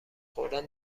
خوردن